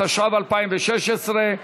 התשע"ו 2016,